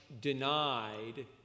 denied